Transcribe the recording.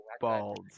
bald